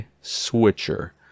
switcher